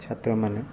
ଛାତ୍ରମାନେ